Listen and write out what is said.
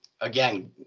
Again